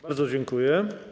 Bardzo dziękuję.